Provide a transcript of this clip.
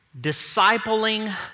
discipling